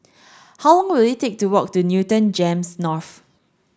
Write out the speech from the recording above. how long will it take to walk to Newton GEMS North